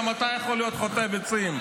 גם אתה יכול להיות חוטב עצים,